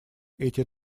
эти